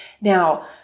Now